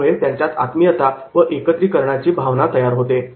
यामुळे त्यांच्यात आत्मीयता व एकत्रीकरणाची भावना तयार होते